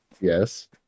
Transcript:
yes